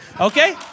okay